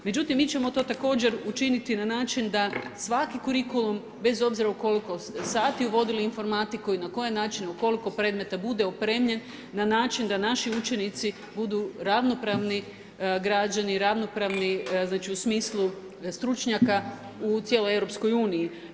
Međutim, mi ćemo to također učiniti na način da svaki kurikulum bez obzira koliko sati vodili informatiku i na koje načine, u koliko predmeta bude opremljen na način da naši učenici budu ravnopravni građani i ravnopravni znači u smislu stručnjaka u cijeloj Europskoj uniji.